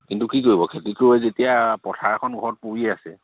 কিন্তু কি কৰিব খেতি কৰি যেতিয়া পথাৰ এখন ঘৰত পৰি আছে